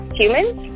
humans